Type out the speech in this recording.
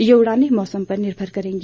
ये उड़ाने मौसम पर निर्भर करेंगी